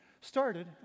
started